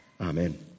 Amen